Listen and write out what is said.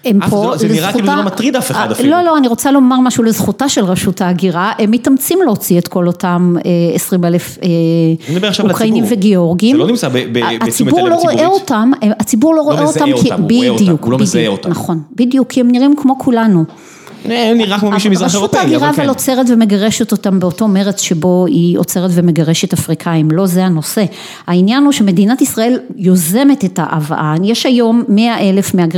‫אף לא, זה נראה כאילו לא ‫מטריד אף אחד אפילו. ‫לא, לא, אני רוצה לומר משהו ‫לזכותה של רשות ההגירה, ‫הם מתאמצים להוציא ‫את כל אותם 20,000 אוקראינים וגיאורגים. ‫זה לא נמצא בתשומת הלב הציבורי. ‫-הציבור לא רואה אותם. ‫הציבור לא רואה אותם כי... ‫-הוא רואה אותם, הוא לא מזהה אותם. ‫בדיוק, בדיוק. ‫-הוא לא מזהה אותם. ‫נכון, בדיוק, כי הם נראים כמו כולנו. ‫הם נראה כמו מישהו מזרח אירופאי, ‫אבל כן. ‫רשות ההגירה אבל עוצרת ומגרשת אותם ‫באותו מרץ שבו היא עוצרת ‫ומגרשת אפריקאים. ‫לא זה הנושא. ‫העניין הוא שמדינת ישראל ‫יוזמת את ההבאה. ‫יש היום 100 אלף מהגרים.